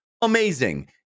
amazing